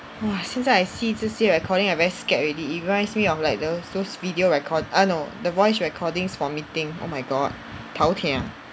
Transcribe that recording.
!wah! 现在 I see 这些 recording I very scared already it reminds me of like the those video record ah no the voice recordings for meeting oh my god tau tia